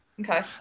okay